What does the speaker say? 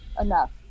enough